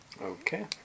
Okay